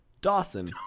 Dawson